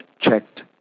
checked